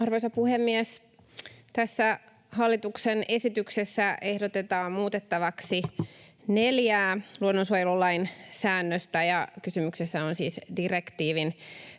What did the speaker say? Arvoisa puhemies! Tässä hallituksen esityksessä ehdotetaan muutettavaksi neljää luonnonsuojelulain säännöstä, ja kysymyksessä on siis direktiivin